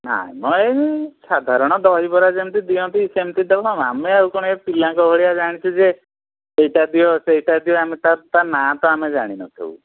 ନାହିଁ ମ ଏଇ ସାଧାରଣ ଦହିବରା ଯେମିତି ଦିଅନ୍ତି ସେମିତି ଦବ ଆମେ କ'ଣ ଏ ପିଲାଙ୍କ ଭଳିଆ ଜାଣିଛୁ ଯେ ଏଇଟା ଦିଅ ସେଇଟା ଦିଅ ଆମେ ତା ତା ନାଁ ତ ଆମେ ଜାଣିନଥିବୁ